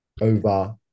over